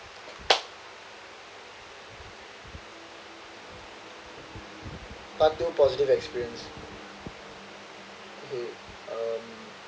part two positive experience um